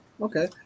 Okay